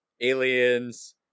aliens